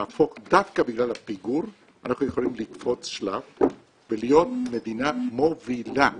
דווקא בגלל הפיגור אנחנו יכולים לקפוץ שלב ולהיות מדינה מובילה בעולם.